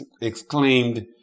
Exclaimed